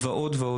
ועוד.